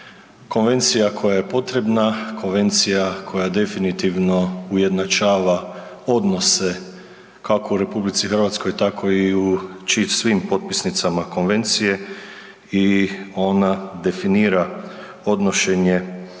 konvencija koja je potrebna, konvencija koja definitivno ujednačava odnose kako u RH tako i u svim potpisnicama konvencije i ona definira odnošenje